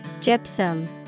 Gypsum